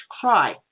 cry